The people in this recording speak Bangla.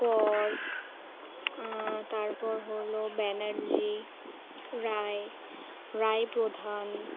কর তারপর হলো ব্যানার্জি রায় রায় প্রধান